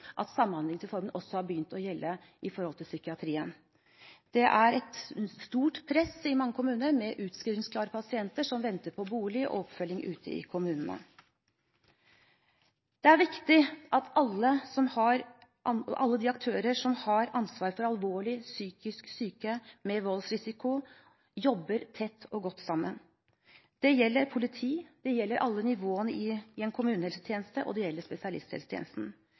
at Samhandlingsreformen også har begynt å gjelde i psykiatrien. Det er et stort press i mange kommuner med utskrivningsklare pasienter som venter på bolig og oppfølging ute i kommunene. Det er viktig at alle de aktørene som har ansvar for alvorlig psykisk syke med voldsrisiko, jobber tett og godt sammen. Det gjelder politi, det gjelder alle nivåene i en kommunehelsetjeneste, og det gjelder spesialisthelsetjenesten.